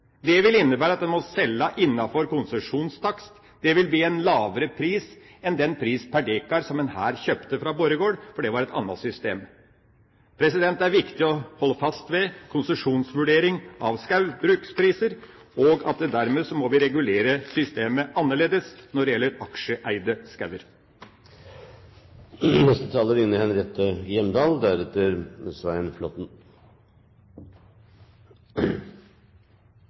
Det vil innebære at en må selge innenfor konsesjonstakst. Det vil bli en lavere pris enn den pris per dekar som en her kjøpte fra Borregaard, for det var et annet system. Det er viktig å holde fast ved konsesjonsvurdering av skogbrukspriser, og dermed må vi regulere systemet annerledes når det gjelder aksjeeide